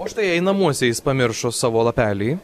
o štai jei namuose jis pamiršo savo lapelį